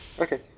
Okay